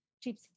Cheap